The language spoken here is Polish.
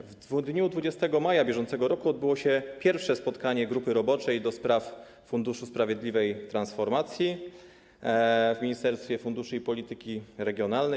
W dniu 20 maja br. odbyło się pierwsze spotkanie grupy roboczej do spraw Funduszu Sprawiedliwej Transformacji w Ministerstwie Funduszy i Polityki Regionalnej.